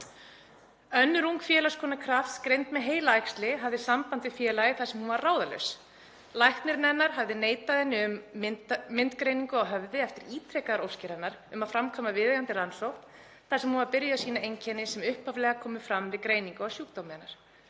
Önnur ung félagskona Krafts, greind með heilaæxli, hafði samband við félagið þar sem hún var ráðalaus. Læknirinn hennar hafði neitað henni um myndgreiningu á höfði eftir ítrekaðar óskir hennar um að framkvæma viðeigandi rannsókn þar sem hún var byrjuð að sýna einkenni sem upphaflega komu fram við greiningu á sjúkdómi hennar.